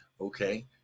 Okay